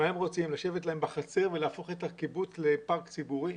הם רוצים לשבת להם בחצר ולהפוך את הקיבוץ לפארק ציבורי?